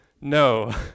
No